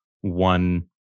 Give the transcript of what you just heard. one